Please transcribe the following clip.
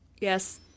Yes